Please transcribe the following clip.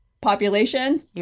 population